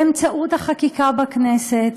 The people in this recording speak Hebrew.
באמצעות החקיקה בכנסת,